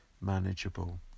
manageable